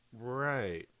Right